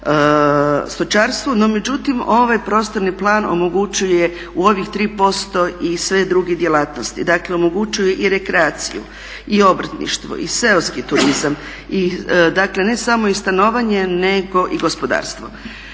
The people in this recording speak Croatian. stočarstvu, no međutim ovaj prostorni plan omogućuje u ovih 3% i sve druge djelatnosti, dakle omogućuje i rekreaciju, i obrtništvo, i seoski turizam i dakle ne samo i stanovanje nego i gospodarstvo.